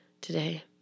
Today